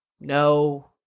No